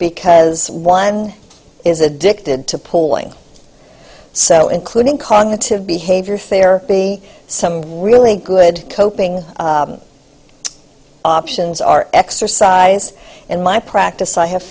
because one is addicted to pulling so including cognitive behavior therapy some really good coping options are exercise in my practice i have